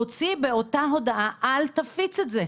תוציא באותה הודעה: 'אל תפיץ את זה',